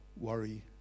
worry